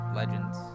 legends